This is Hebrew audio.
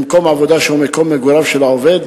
למקום עבודה שהוא מקום מגוריו של העובד,